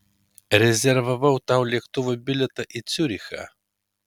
rezervavau tau lėktuvo bilietą į ciurichą